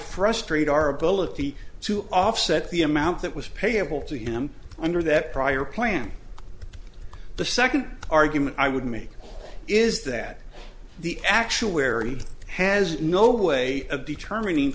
frustrate our ability to offset the amount that was payable to him under that prior plan the second argument i would make is that the actual where he has no way of determining